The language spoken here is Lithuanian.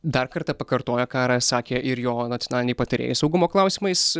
dar kartą pakartoja ką ra sakė ir jo nacionaliniai patarėjai saugumo klausimais